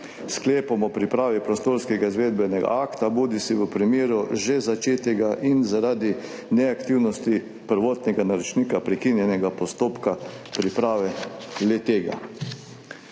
sklepom o pripravi prostorskega izvedbenega akta bodisi v primeru že začetega in zaradi neaktivnosti prvotnega naročnika prekinjenega postopka priprave le-tega.